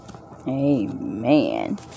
Amen